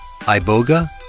iboga